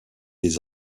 des